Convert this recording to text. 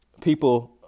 people